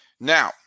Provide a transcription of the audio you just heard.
Now